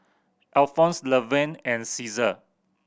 Alphons Levern and Ceasar